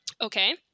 Okay